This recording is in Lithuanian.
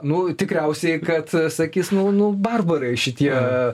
nu tikriausiai kad sakys nu nu barbarai šitie